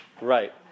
Right